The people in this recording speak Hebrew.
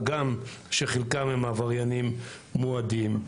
הגם שחלקם הם עבריינים מועדים.